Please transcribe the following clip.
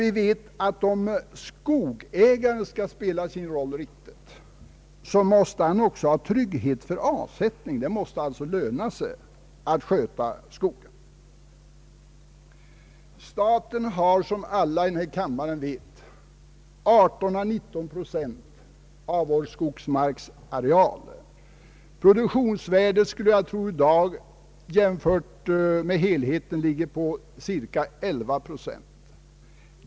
Vi vet alla att om skogsägaren skall spela sin roll riktigt måste han också ha trygghet för avsättningen. Det måste alltså löna sig att sköta skogen. Staten har som alla i denna kammare vet 18 å 19 procent av landets skogsmarksareal. Jag skulle tro att produktionsvärdet i dag, jämfört med helheten, ligger på cirka 11 procent.